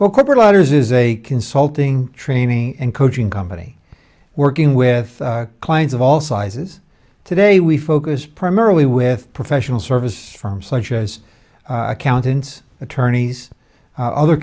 what corporate ladders is a consulting training and coaching company working with clients of all sizes today we focus primarily with professional services firms such as accountants attorneys other